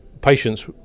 Patients